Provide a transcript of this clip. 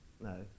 No